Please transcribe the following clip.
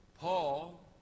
Paul